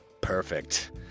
perfect